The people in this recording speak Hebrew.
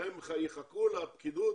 הם יחכו לפקידות